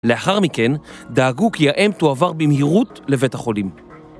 לאחר מכן, דאגו כי האם תועבר במהירות לבית החולים.